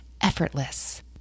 effortless